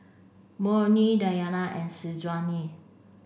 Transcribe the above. Murni Diyana and Syazwani